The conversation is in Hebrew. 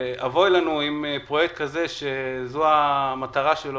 אבוי לנו אם פרויקט כזה, שזו המטרה שלו